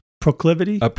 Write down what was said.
proclivity